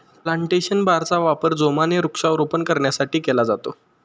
plantation बारचा वापर जोमाने वृक्षारोपण करण्यासाठी केला जातो